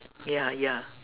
ya ya